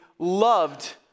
Loved